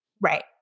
Right